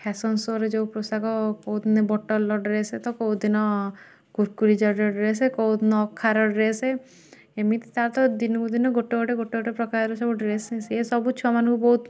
fashion ଶୋରେ ଯେଉଁ ପୋଷାକ କେଉଁ ଦିନ ବଟଲର ଡ୍ରେସ୍ ତ କେଉଁ ଦିନ କୁରକୁରି ଜରିର ଡ୍ରେସ୍ କେଉଁ ଦିନ ଅଖାର ଡ୍ରେସ୍ ଏମିତି ତାର ତ ଦିନକୁ ଦିନ ଗୋଟେ ଗୋଟେ ଗୋଟେ ପ୍ରକାରର ସବୁ ଡ୍ରେସ୍ ସିଏ ସବୁ ଛୁଆମାନଙ୍କୁ ବହୁତ